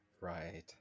Right